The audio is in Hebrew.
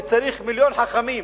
וצריך מיליון חכמים,